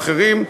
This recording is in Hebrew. ואחרים,